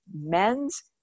men's